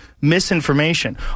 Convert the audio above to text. misinformation